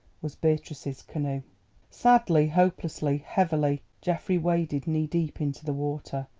was beatrice's canoe. sadly, hopelessly, heavily, geoffrey waded knee deep into the water,